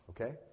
Okay